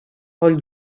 pel